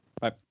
Bye